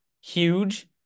huge